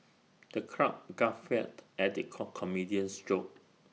the crowd guffawed at the coke comedian's jokes